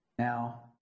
Now